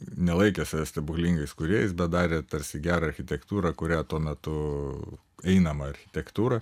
nelaikė savęs stebuklingais kūrėjais bet darė tarsi gerą architektūrą kurią tuo metu einamą architektūrą